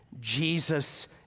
Jesus